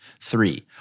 Three